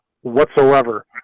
whatsoever